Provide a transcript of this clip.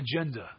agenda